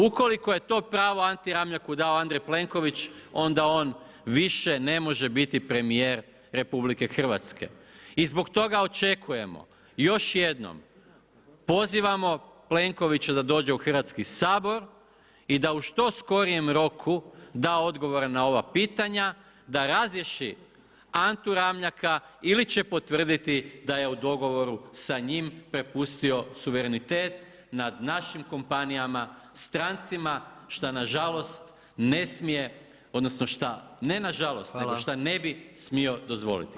Ukoliko je to pravo Anti Ramljaku dao Andrej Plenković onda on više ne može biti premijer RH i zbog toga očekujemo, još jednom pozivamo Plenkovića da dođe u Hrvatski sabor i da u što skorijem roku da odgovore na ova pitanja, da razriješi Antu Ramljaka ili će potvrditi da je u dogovoru sa njim prepustio suverenitet nad našim kompanijama strancima što na žalost ne smije, odnosno šta ne na žalost, nego šta ne bi smio dozvoliti.